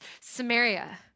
Samaria